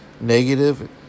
negative